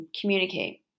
communicate